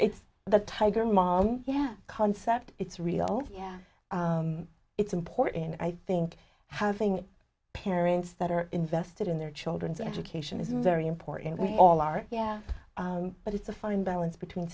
it's the tiger mom yeah concept it's real yeah it's important and i think having parents that are invested in their children's education is very important we all are yeah but it's a fine balance between